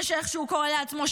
זה איך שהוא קורא לעצמו,